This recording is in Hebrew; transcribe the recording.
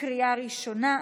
לקריאה ראשונה.